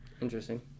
interesting